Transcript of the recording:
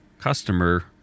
customer